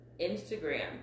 instagram